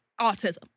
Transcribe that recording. autism